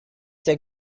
der